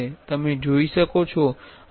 તમે જોઈ શકો છો